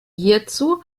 hierzu